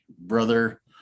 brother